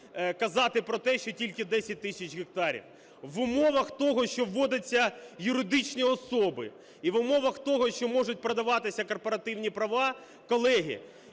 казати про те, що тільки 10 тисяч гектарів. В умовах того, що вводяться юридичні особи, і в умовах того, що можуть продаватися корпоративні права, колеги,